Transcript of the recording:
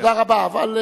תודה רבה.